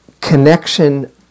connection